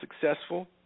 successful